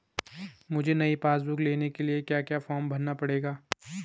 मुझे नयी passbook book लेने के लिए क्या फार्म भरना पड़ेगा?